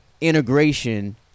integration